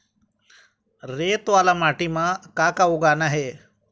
रेत वाला माटी म का का उगाना ये?